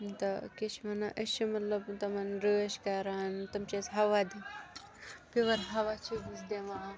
تہٕ کیٛاہ چھِ وَنان أسۍ چھِ مطلب تِمَن رٲچھ کَران تِم چھِ اَسہِ ہَوا دِ پِیُور ہَوا چھِ أسۍ دِوان